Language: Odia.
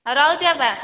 ରହୁଛି ବାପା